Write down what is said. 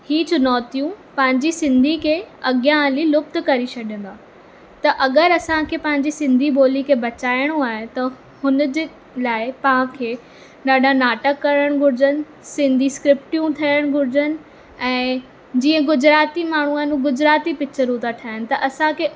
ई चुनौतियूं पंहिंजी सिंधी खे अॻियां हली लुप्त करे छॾंदा त अगरि असांखे पंहिंजी सिंधी ॿोलीअ खे बचाइणो आहे त हुनजे लाइ पाखे ॾाढा नाटक करण घुरजनि सिंधी स्क्रिप्टियूं थियण घुरजनि ऐं जीअं गुजराती माण्हू आहिनि उहे गुजराती पिचरूं था ठाहिनि त असांखे